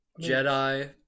Jedi